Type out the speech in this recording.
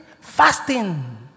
fasting